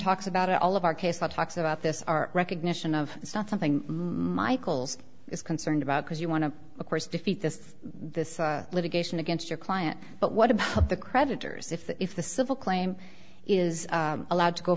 talks about all of our case law talks about this our recognition of it's not something michaels is concerned about because you want to of course defeat this this litigation against your client but what about the creditors if that if the civil claim is allowed to go